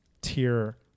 tier